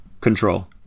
control